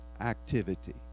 activity